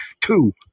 two